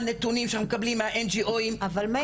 נתונים שאנחנו מקבלים מה -- אבל מאיר,